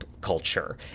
culture